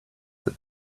that